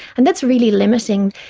and that's really limiting.